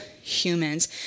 humans